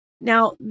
Now